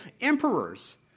Emperors